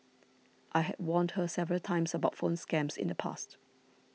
I had warned her several times about phone scams in the past